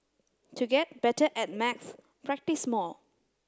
to get better at maths practise more